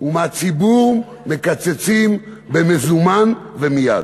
ומהציבור מקצצים במזומן ומייד.